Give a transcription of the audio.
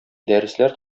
дәресләр